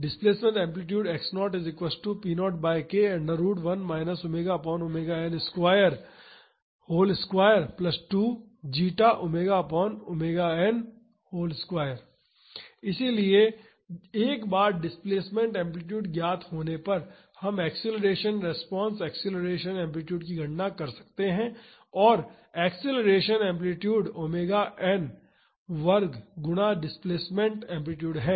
displacement amplitude x0 इसलिए एक बार डिस्प्लेसमेंट एम्पलीटूड ज्ञात होने पर हम एक्सेलरेशन रिस्पांस एक्सेलरेशन एम्पलीटूड की गणना कर सकते हैं और एक्सेलरेशन एम्पलीटूड ओमेगा n वर्ग गुना डिस्प्लेसमेंट एम्पलीटूड है